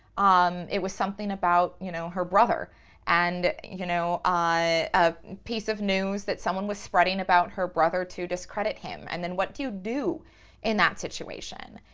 um it was something about, you know, her brother and, you know, a ah piece of news that someone was spreading about her brother to discredit him. and then what do you do in that situation?